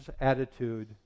attitude